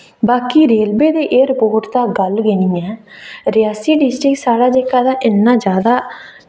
बाकी रेलवे ते एयरपोर्ट तां गल्ल गै निं ऐ रेआसी डिस्ट्रिक साढ़ा जेह्का ते इन्ना जैदा